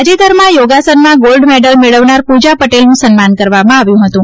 તાજેતરમાં યોગાસનમાં gold medal મેળવનાર પૂજા પટેલનું સન્માન કરવામાં આવ્યું હતું